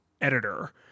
editor